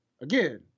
Again